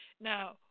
Now